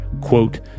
Quote